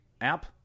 app